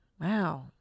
Wow